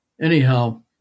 anyhow